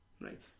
Right